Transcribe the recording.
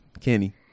Kenny